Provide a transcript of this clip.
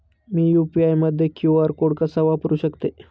मी UPI मध्ये QR code कसा वापरु शकते?